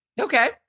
Okay